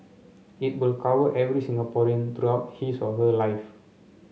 it will cover every Singaporean throughout his or her life